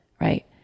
right